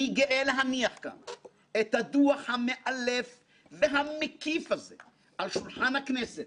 אני גאה להניח את הדוח המאלף והמקיף הזה על שולחן הכנסת